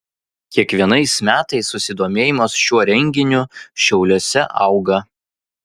kiekvienais metais susidomėjimas šiuo renginiu šiauliuose auga